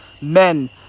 men